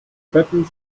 betten